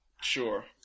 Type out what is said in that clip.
Sure